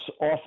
off